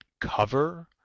cover